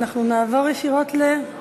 אנחנו נעבור ישירות, סליחה,